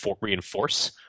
reinforce